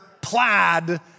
plaid